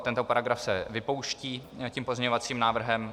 Tento paragraf se vypouští tím pozměňovacím návrhem.